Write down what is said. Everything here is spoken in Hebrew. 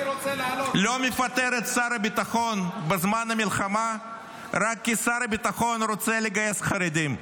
לא מפטר את שר הביטחון בזמן מלחמה רק כי שר הביטחון רוצה לגייס חרדים.